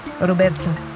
Roberto